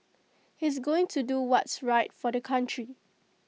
he's going to do what's right for the country